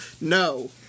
no